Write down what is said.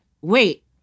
wait